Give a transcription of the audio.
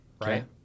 right